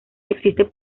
existe